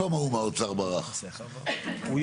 גם משרד הפנים